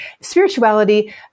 spirituality